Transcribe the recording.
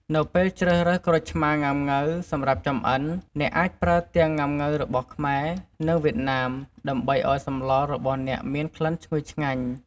នៅពេលជ្រើសរើសក្រូចឆ្មាងុាំង៉ូវសម្រាប់ចម្អិន អ្នកអាចប្រើទាំង ងុាំង៉ូវរបស់ខ្មែរ និងវៀតណាម ដើម្បីឱ្យសម្លរបស់អ្នកមានក្លិនឈ្ងុយឆ្ងាញ់។